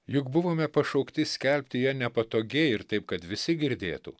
juk buvome pašaukti skelbti ją nepatogiai ir taip kad visi girdėtų